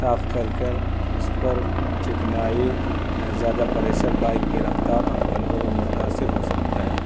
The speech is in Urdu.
صاف کر کر اس پر چکنائی زیادہ پریشر بائک کی رفتار اور کنٹرول و متاثر ہو سکتا ہے